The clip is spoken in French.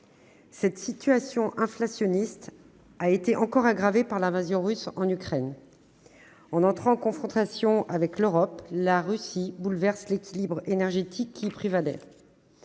Cette situation inflationniste a été encore aggravée par l'invasion russe de l'Ukraine. En entrant en confrontation avec l'Europe, la Russie bouleverse l'équilibre énergétique qui y prévalait.